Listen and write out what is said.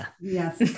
yes